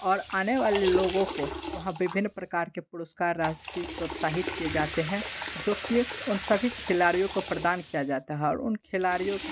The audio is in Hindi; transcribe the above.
और आने वाले लोगों को वहाँ विभिन्न प्रकार के प्रसकार राशि प्रोत्साहित किए जाते है जो कि उन सभी खिलाड़ियों को प्रदान किया जाता है और उन खिलाड़ियों के